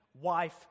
wife